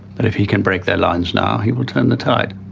but if he can break their lines now, he will turn the tide